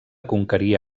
conquerir